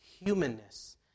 humanness